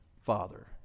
Father